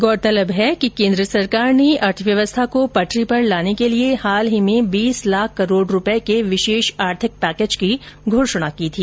गौरतलब है कि केन्द्र सरकार ने अर्थव्यवस्था को पटरी पर लाने के लिए हाल ही में बीस लाख करोड रूपये के विशेष आर्थिक पैकेज की घोषणा की थी